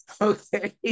okay